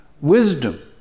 wisdom